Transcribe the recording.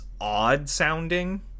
odd-sounding